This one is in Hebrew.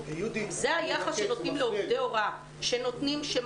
זה היחס שנותנים לעובדי הוראה שמשקיעים.